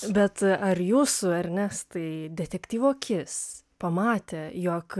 bet ar jūsų ernestai detektyvo akis pamatė jog